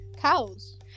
Cows